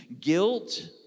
Guilt